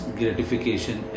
gratification